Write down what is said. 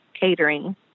catering